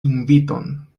inviton